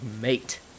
mate